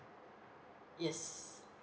yes